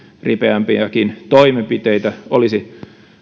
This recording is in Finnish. ripeämpiäkin toimenpiteitä olisi